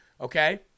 okay